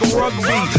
rugby